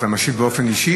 אתה משיב באופן אישי,